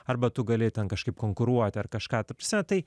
arba tu gali ten kažkaip konkuruoti ar kažką ta prasme tai